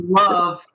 love